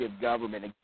government